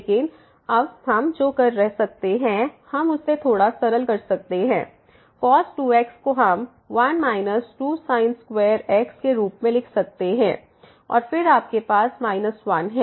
लेकिन अब हम जो कर सकते हैं हम उसे थोड़ा सरल कर सकते हैं cos 2x को हम 1 माइनस 2sin square x के रूप में लिख सकते हैं और फिर आपके पास माइनस 1 है